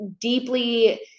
deeply